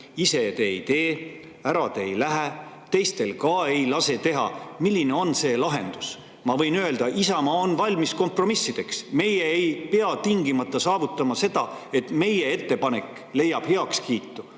ise te ei tee, ära te ei lähe, teistel ka ei lase teha –, milline on lahendus. Ma võin öelda: Isamaa on valmis kompromissideks. Me ei pea tingimata saavutama seda, et meie ettepanek leiab heakskiidu,